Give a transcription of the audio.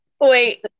wait